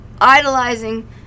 idolizing